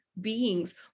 beings